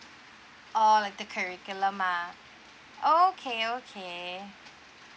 oh like the curriculum ah okay okay